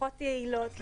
פחות יעילות,